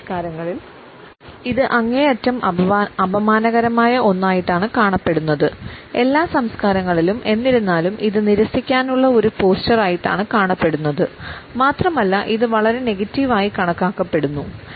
ചില സംസ്കാരങ്ങളിൽ ഇത് അങ്ങേയറ്റം അപമാനകരമായ ഒന്നായിട്ടാണ് കാണപ്പെടുന്നത് എല്ലാ സംസ്കാരങ്ങളിലും എന്നിരുന്നാലും ഇത് നിരസിക്കാനുള്ള ഒരു പോസ്ചർ ആയിട്ടാണ് കാണപ്പെടുന്നത് മാത്രമല്ല ഇത് വളരെ നെഗറ്റീവ് ആയി കണക്കാക്കപ്പെടുന്നു